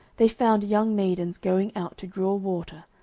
they found young maidens going out to draw water,